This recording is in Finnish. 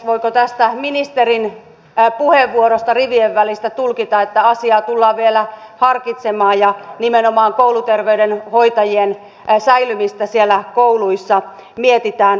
voiko tästä ministerin puheenvuorosta rivien välistä tulkita että asiaa tullaan vielä harkitsemaan ja nimenomaan kouluterveydenhoitajien säilymistä siellä kouluissa mietitään uudelleen